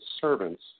servants